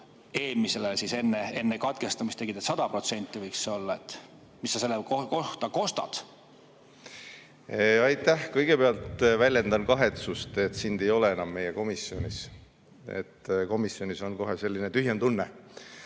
enne katkestamist tegid, et see võiks olla 100%. Mis sa selle kohta kostad? Aitäh! Kõigepealt väljendan kahetsust, et sind ei ole enam meie komisjonis. Komisjonis on kohe selline tühjem tunne.